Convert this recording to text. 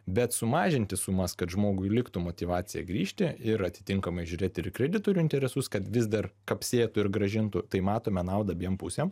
bet sumažinti sumas kad žmogui liktų motyvacija grįžti ir atitinkamai žiūrėti ir kreditorių interesus kad vis dar kapsėtų ir grąžintų tai matome naudą abiem pusėm